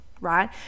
right